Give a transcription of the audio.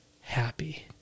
happy